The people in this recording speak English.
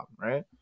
right